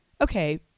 okay